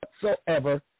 whatsoever